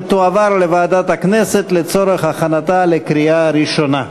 ותועבר לוועדת הכנסת לצורך הכנתה לקריאה ראשונה.